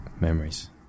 memories